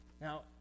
Now